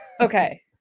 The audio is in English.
Okay